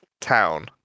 town